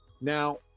Now